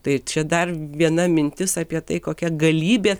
tai čia dar viena mintis apie tai kokia galybė